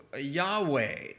Yahweh